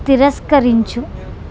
తిరస్కరించు